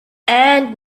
and